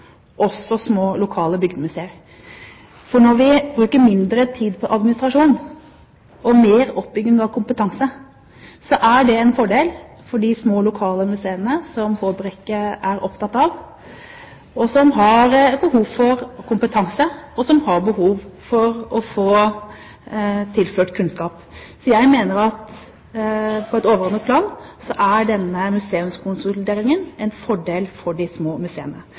bruker mindre tid på administrasjon og mer på oppbygging av kompetanse, er det en fordel for de små, lokale museene som Håbrekke er opptatt av. De har behov for kompetanse og de har behov for å få tilført kunnskap. Jeg mener derfor at på et overordnet plan er denne museumskonsolideringen en fordel for de små museene.